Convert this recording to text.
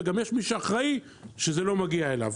וגם יש מי שאחראי שזה לא מגיע אליו,